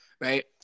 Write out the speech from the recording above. right